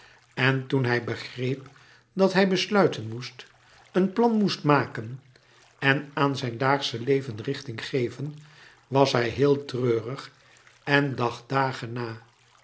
en toen hij begreep dat hij besluiten moest een plan moest maken en aan zijn daagsche leven richting geven was hij heel treurig en dacht dagen na